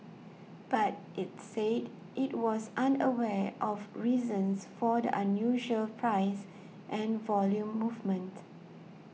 but it said it was unaware of reasons for the unusual price and volume movement